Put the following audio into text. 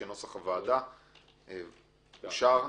סעיפים 4 ו-5 אושרו.